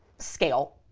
scale,